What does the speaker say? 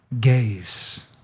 gaze